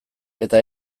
eta